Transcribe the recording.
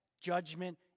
judgment